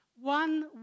One